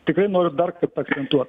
tikrai noriu dar kartą akcentuot